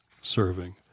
serving